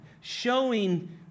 showing